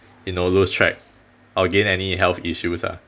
you know lose track or gain any health issues ah